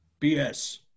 BS